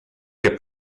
que